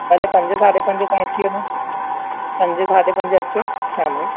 भले पंजे साढे पंजे ताईं अची वञो पंज साढे पंज अचो शाम जो